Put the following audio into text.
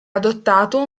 adottato